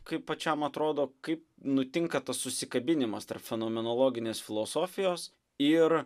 kaip pačiam atrodo kaip nutinka tas susikabinimas tarp fenomenologinės filosofijos ir